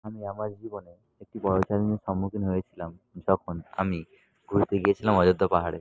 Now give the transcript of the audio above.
আমি আমার জীবনে একটি বড় চ্যালেঞ্জের সম্মুখীন হয়েছিলাম যখন আমি ঘুরতে গিয়েছিলাম অযোধ্যা পাহাড়ে